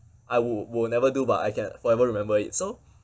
I wi~ will never do but I can forever remember it so